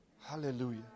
Hallelujah